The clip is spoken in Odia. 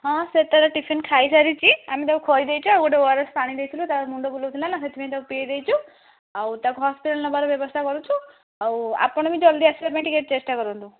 ହଁ ସେ ତାର ଟିଫିନ ଖାଇ ସାରିଛି ଆମେ ତାକୁ ଖୁଆଇ ଦେଇଛୁ ଆଉ ଗୋଟିଏ ଓଆରଏସ୍ ପାଣି ଦେଇଥିଲୁ ତା ମୁଣ୍ଡ ବୁଲଉଥିଲା ନା ସେଥିପେଇଁ ତାକୁ ପିଏଇ ଦେଇଛୁ ଆଉ ତାକୁ ହସ୍ପିଟାଲ ନେବାର ବ୍ୟବସ୍ଥା କରୁଛୁ ଆଉ ଆପଣ ବି ଜଲଦି ଆସିବା ପାଇଁ ଟିକେ ଚେଷ୍ଟା କରନ୍ତୁ